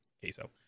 queso